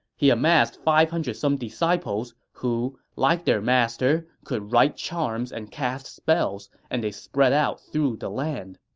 he amassed five hundred some disciples, who, like their master, could write charms and cast spells, and they spread out through the land